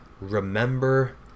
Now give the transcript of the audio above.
remember